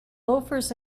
loafers